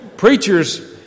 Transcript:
Preachers